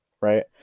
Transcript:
right